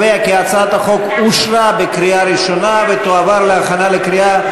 אושרה בקריאה ראשונה ותועבר להכנה לקריאה